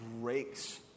breaks